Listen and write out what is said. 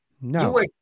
No